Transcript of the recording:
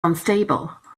unstable